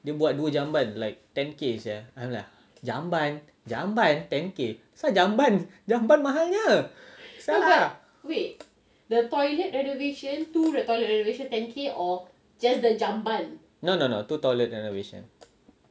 dia buat dua jamban like ten K sia I'm like jamban jamban ten K apasal jamban jamban mahalnya !siala! no no no two toilet renovation